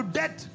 debt